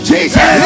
Jesus